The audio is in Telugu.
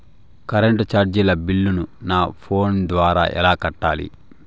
కరెంటు చార్జీల బిల్లును, నా ఫోను ద్వారా ఎలా కట్టాలి?